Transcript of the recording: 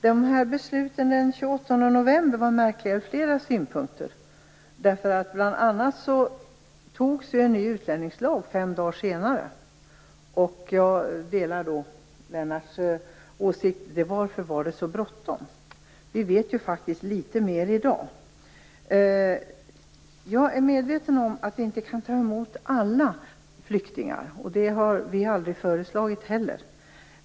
Fru talman! Besluten den 28 november var märkliga ur flera synpunkter. Bl.a. antogs en ny utlänningslag fem dagar senare. Jag delar Lennart Rohdins undran över varför det var så bråttom. Vi vet faktiskt litet mer i dag. Jag är medveten om att vi inte kan ta emot alla flyktingar. Det har vi heller aldrig föreslagit.